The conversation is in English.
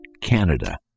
Canada